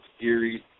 Series